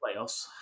playoffs